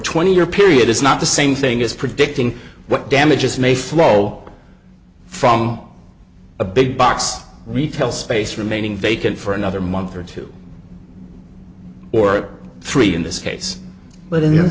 twenty year period is not the same thing as predicting what damages may flow from a big box retail space remaining vacant for another month or two or three in this case but in